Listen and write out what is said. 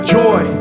joy